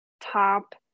top